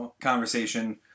conversation